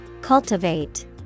Cultivate